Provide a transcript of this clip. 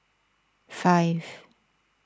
five